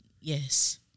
Yes